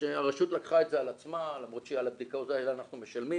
שהרשות לקחה את זה על עצמה למרות שעל הבדיקות האלה אנחנו משלמים,